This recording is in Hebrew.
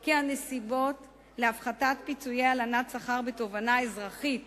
כי הנסיבות להפחתת פיצויי הלנת שכר בתובענה אזרחית